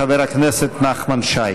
חבר הכנסת נחמן שי.